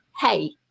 hey